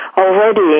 already